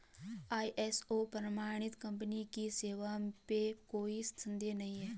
ISO प्रमाणित company की सेवा पे कोई संदेह नहीं है